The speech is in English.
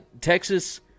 Texas